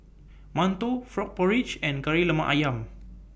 mantou Frog Porridge and Kari Lemak Ayam